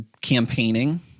campaigning